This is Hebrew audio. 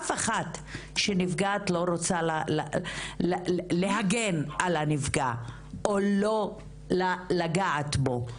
אף אחת שהיא נפגעת לא רוצה להגן על הפוגע או לא "לגעת" בו.